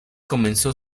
comenzó